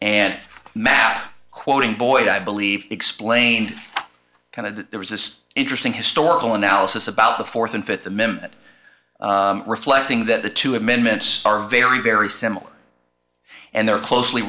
and map quoting boyd i believe explained kind of there was this interesting historical analysis about the fourth and fifth minute reflecting that the two admits are very very similar and they're closely